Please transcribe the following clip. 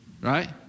right